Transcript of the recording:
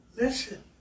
Listen